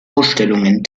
ausstellungen